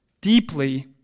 deeply